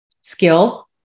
skill